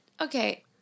okay